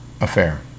affair